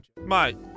Mate